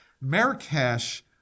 Marrakesh